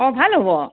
অঁ ভাল হ'ব